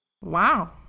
Wow